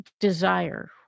desire